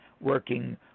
working